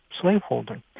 slaveholder